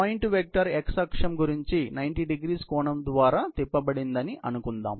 point vector x అక్షం గురించి 90º కోణం ద్వారా తిప్పబడిందని అనుకొందాం